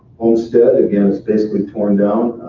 ulmsted again, that's basically torn down.